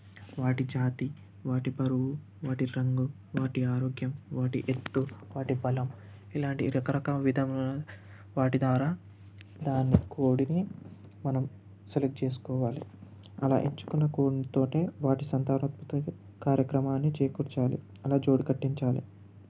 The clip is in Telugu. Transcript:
వాటి జాతి వాటి బరువు వాటి రంగు వాటి ఆరోగ్యం వాటి ఎత్తు వాటి బలం ఇలాంటి రకరకా విధం వాటి ద్వారా దాని కోడిని మనం సెలెక్ట్ చేసుకోవాలి అలా ఎంచుకున్న కోళ్ళ తోటే వారి సంతానోత్పత్తి కార్యక్రమాన్ని చేకూర్చాలి అలా జోడు కట్టించాలి